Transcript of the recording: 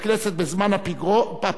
בכנסת בזמן הפגרה,